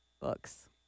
books